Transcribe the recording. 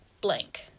blank